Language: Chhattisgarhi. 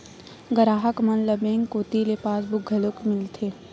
गराहक मन ल बेंक कोती ले पासबुक घलोक मिलथे